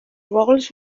rolls